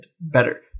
better